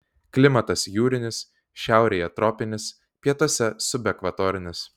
klimatas jūrinis šiaurėje tropinis pietuose subekvatorinis